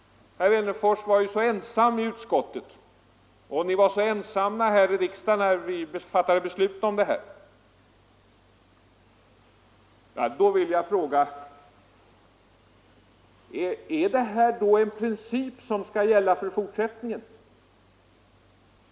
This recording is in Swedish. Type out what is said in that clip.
Herr Wennerfors var ju så ensam i utskottet och ni moderater var så ensamma här i riksdagen när vi fattade beslut om detta.” Då vill jag fråga: Är det här en princip som skall gälla i fortsättningen?